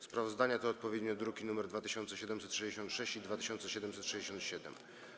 Sprawozdania to odpowiednio druki nr 2766 i 2767.